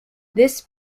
this